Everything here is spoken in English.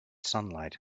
sunlight